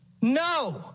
No